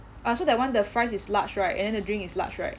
ah so that one the fries is large right and then the drink is large right